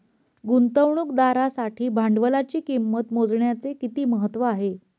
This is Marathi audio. गुंतवणुकदारासाठी भांडवलाची किंमत मोजण्याचे किती महत्त्व आहे?